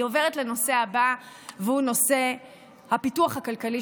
אני עוברת לנושא הבא והוא הפיתוח הכלכלי